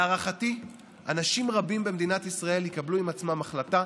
להערכתי אנשים רבים במדינת ישראל יקבלו עם עצמם החלטה,